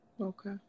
Okay